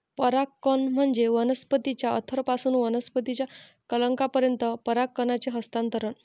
परागकण म्हणजे वनस्पतीच्या अँथरपासून वनस्पतीच्या कलंकापर्यंत परागकणांचे हस्तांतरण